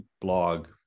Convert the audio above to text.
blog